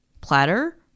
platter